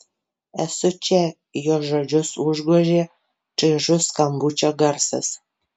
esu čia jos žodžius užgožė čaižus skambučio garsas